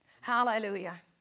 Hallelujah